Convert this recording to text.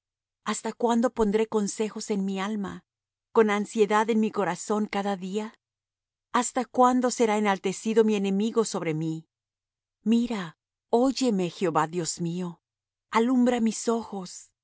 hasta cuándo pondré consejos en mi alma con ansiedad en mi corazón cada día hasta cuándo será enaltecido mi enemigo sobre mí mira óyeme jehová dios mío alumbra mis ojos